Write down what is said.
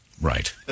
Right